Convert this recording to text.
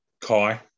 Kai